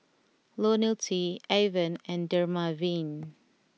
Lonil T Avene and Dermaveen